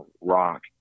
rock